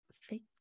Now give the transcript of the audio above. fake